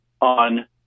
on